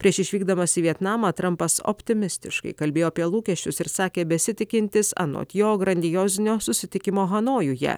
prieš išvykdamas į vietnamą trampas optimistiškai kalbėjo apie lūkesčius ir sakė besitikintis anot jo grandiozinio susitikimo hanojuje